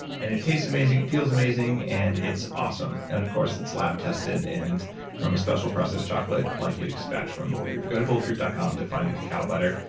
and it tastes amazing, it feels amazing, and it's awesome. and of course, it's lab tested and from a special-processed chocolate like you'd expect from bulletproof. go to bulletproof dot com to find the cacao butter.